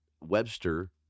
Webster